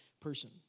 person